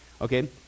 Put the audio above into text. Okay